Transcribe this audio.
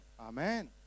Amen